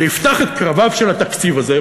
שיפתח את קרביו של התקציב הזה,